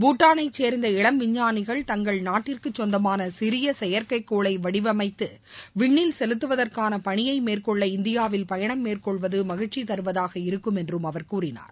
பூட்டானை சேர்ந்த இளம் விஞ்ஞானிகள் தங்கள் நாட்டிற்கு சொந்தமான சிறிய செயற்கைக்கோளை வடிவன்மத்து விண்ணில் செலுத்துவதற்கான பணியை மேற்கொள்ள இந்தியாவில் பயணம் மேற்கொள்வது மகிழ்ச்சி தருவதாக இருக்கும் என்று அவர் கூறினார்